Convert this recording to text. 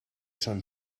son